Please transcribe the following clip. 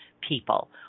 people